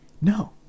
No